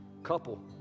Couple